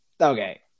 Okay